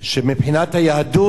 שמבחינת היהדות